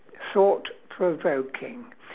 thought provoking